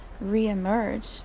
re-emerge